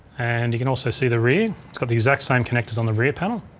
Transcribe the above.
and you can also see the rear. it's got the exact same connectors on the rear panel.